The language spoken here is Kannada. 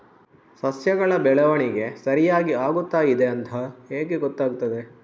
ಸಸ್ಯಗಳ ಬೆಳವಣಿಗೆ ಸರಿಯಾಗಿ ಆಗುತ್ತಾ ಇದೆ ಅಂತ ಹೇಗೆ ಗೊತ್ತಾಗುತ್ತದೆ?